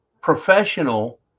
professional